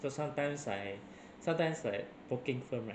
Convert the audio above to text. so sometimes I sometimes like broking firm right